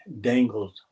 dangled